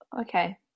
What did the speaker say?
Okay